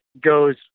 goes